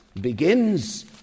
begins